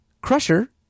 Crusher